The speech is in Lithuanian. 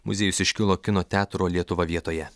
muziejus iškilo kino teatro lietuva vietoje